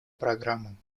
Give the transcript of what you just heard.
программам